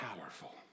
powerful